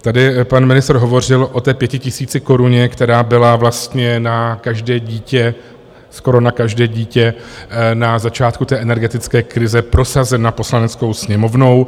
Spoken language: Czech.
Tady pan ministr hovořil o té pětitisícikoruně, která byla vlastně na každé dítě, skoro na každé dítě, na začátku té energetické krize prosazena Poslaneckou sněmovnou.